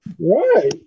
Right